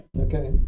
Okay